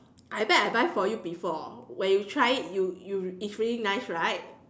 I bet I buy for you before when you try it you you it's really nice right